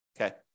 okay